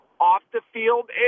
off-the-field